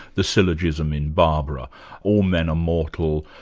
the syllogism in barbara all men are mortal,